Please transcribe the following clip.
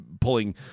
pulling